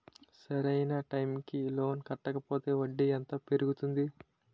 సరి అయినా టైం కి లోన్ కట్టకపోతే వడ్డీ ఎంత పెరుగుతుంది?